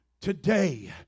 Today